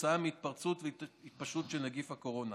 כתוצאה מהתפרצות והתפשטות נגיף הקורונה.